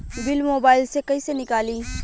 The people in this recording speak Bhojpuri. बिल मोबाइल से कईसे निकाली?